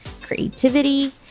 creativity